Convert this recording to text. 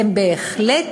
הם בהחלט